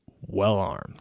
well-armed